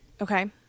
Okay